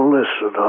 listen